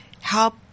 help